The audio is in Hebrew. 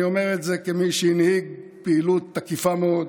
אני אומר את זה כמי שהנהיג פעילות תקיפה מאוד